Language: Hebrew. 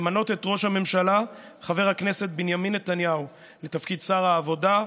למנות את ראש הממשלה חבר הכנסת בנימין נתניהו לתפקיד שר העבודה,